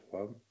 one